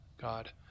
God